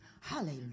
hallelujah